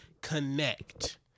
connect